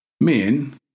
men